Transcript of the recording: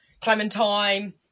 Clementine